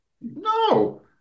No